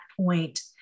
point